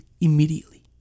immediately